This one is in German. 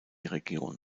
region